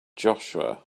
joshua